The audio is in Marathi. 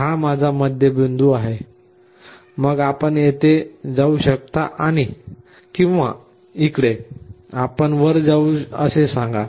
हा माझा मध्यम बिंदू आहे मग आपण येथे जाऊ शकता किंवा इकडे आपण वर जाऊ असे सांगा